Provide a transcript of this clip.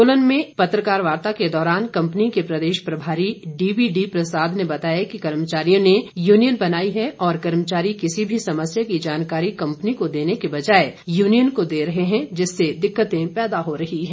सोलन में पत्रकार वार्ता के दौरान कंपनी के प्रदेश प्रभारी डीवीडी प्रसाद ने बताया कि कर्मचारियों ने यूनियन बनाई है और कर्मचारी किसी भी समस्या की जानकारी कंपनी को देने की बजाय यूनियन को दे रहे हैं जिससे दिक्कतें पैदा हो रही है